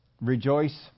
rejoice